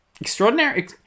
Extraordinary